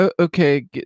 okay